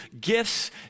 gifts